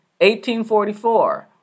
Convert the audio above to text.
1844